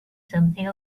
something